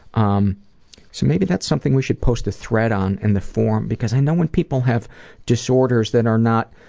um so maybe that's something we should post a thread on in the forum because i know when people have disorders that are not